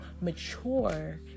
mature